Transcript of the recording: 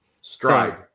Stride